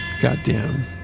Goddamn